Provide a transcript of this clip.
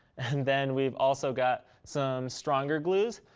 and then we've also got some stronger glues.